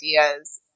ideas